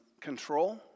control